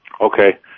Okay